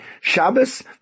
Shabbos